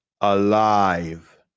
alive